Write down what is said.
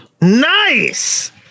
Nice